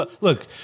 Look